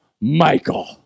Michael